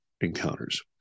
encounters